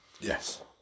Yes